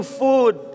food